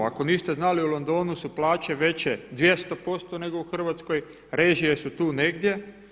Ako niste znali u Londonu su plaće veće 200% nego u Hrvatskoj, režije su tu negdje.